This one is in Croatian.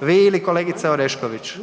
vi ili kolegice Orešković?